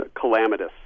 calamitous